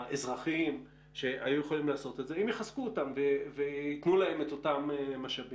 האזרחיים שהיו יכולים לעשות את זה אם יחזקו אותם ויתנו להם את אותם משאבים.